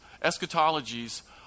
Eschatologies